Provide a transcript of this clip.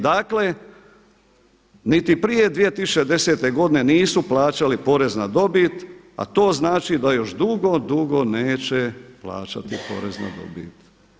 Dakle niti prije 2010. godine nisu plaćali porez na dobit, a to znači da još dugo, dugo neće plaćati porez na dobit.